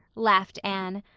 laughed anne,